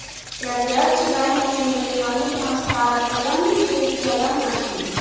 प्रत्यक्ष बैंक मे इलेक्ट्रॉनिक हस्तांतरण के चलन अछि